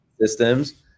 systems